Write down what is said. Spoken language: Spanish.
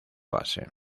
base